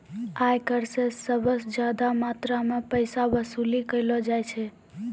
आयकर स सबस ज्यादा मात्रा म पैसा वसूली कयलो जाय छै